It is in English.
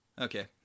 okay